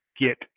get